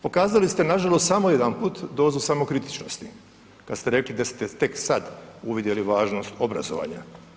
Pokazali ste, nažalost samo jedanput dozu samokritičnosti, kad ste rekli da ste tek sad uvidjeli važnost obrazovanja.